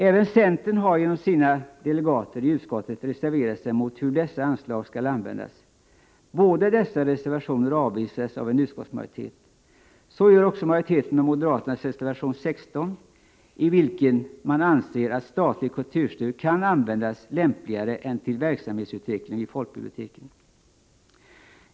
Även centern har genom sina delegater i utskottet reserverat sig mot hur dessa anslag skall användas. Båda dessa reservationer avvisar en utskottsmajoritet. Så gör majoriteten också med moderaternas reservation 16, i vilken man anser att statligt kulturstöd kan användas lämpligare än till verksamhetsutveckling vid folkbiblioteken.